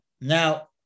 Now